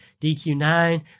DQ9